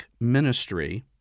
ministry